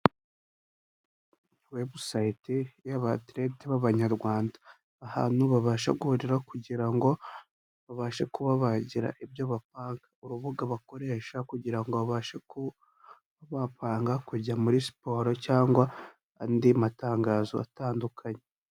Website y'abaterete b'abanyarwanda, ahantu babasha guhurira kugira ngo babashe kuba bagira ibyo bapanga. Urubuga bakoresha kugirango ngo babashe kuba bapanga kujya muri siporo cyangwa andi matangazo atandukanye.